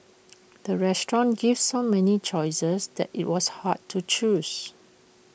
the restaurant gave so many choices that IT was hard to choose